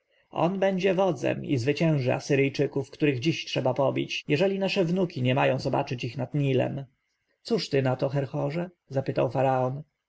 on będzie wodzem i zwycięży asyryjczyków których dziś trzeba pobić jeżeli nasze wnuki nie mają zobaczyć ich nad nilem cóż ty na to herhorze zapytał faraon